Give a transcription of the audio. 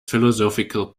philosophical